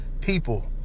people